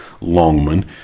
Longman